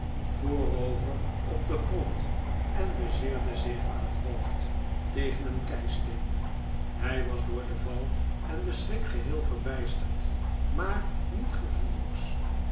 voorover op den grand en bezeerde zich aan het hoofd tegen een keisteen hij was door den val en den schrik geheel verbijsterd maar niet gevoelloos